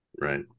Right